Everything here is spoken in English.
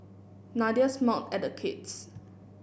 Nadia smiled at the kids